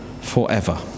forever